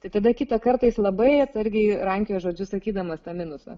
tai tada kitą kartą jis labai atsargiai rankios žodžius sakydamas tą minusą